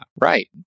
right